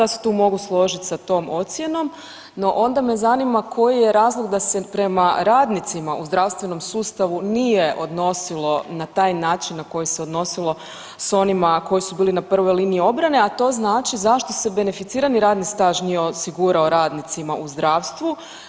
Ja se tu mogu složiti sa tom ocjenom, no onda me zanima koji je razlog da se prema radnicima u zdravstvenom sustavu nije odnosilo na taj način na koji se odnosilo s onima koji su bili na prvoj liniji obrane, a to znači zašto se beneficirani radni staž nije osigurao radnicima u zdravstvu.